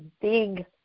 big